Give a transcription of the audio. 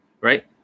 right